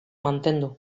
mantendu